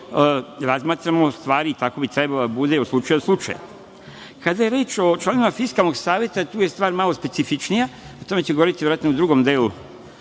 razmatramo stvari kako treba od slučaja do slučaja. Kada je reč o članovima Fiskalnog saveta, tu je stvar malo specifičnija i o tome ću govoriti u drugom delu